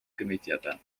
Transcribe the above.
комитета